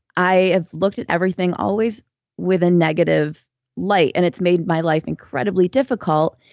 i have looked at everything always with a negative light, and it's made my life incredibly difficult.